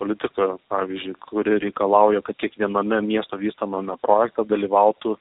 politika pavyzdžiui kuri reikalauja kad kiekviename miesto vystomame projekte dalyvautų